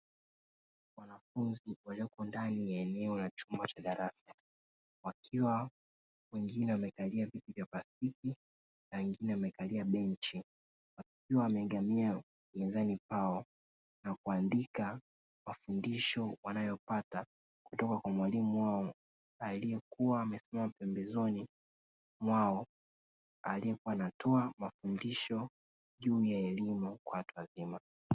Wanafunzi walioko ndani ya eneo cha chumba cha darasa, wakiwa wengine wamekalia viti vya plastiki na wengine wamekalia benchi, wakiwa wameegamia mezani pao na kuandika mafundisho wanayopata kutoka kwa mwalimu wao, aliekua amesimama pembezoni mwao aliekua anatoa mafundisho juu ya elimu kwa watu wazima.